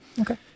okay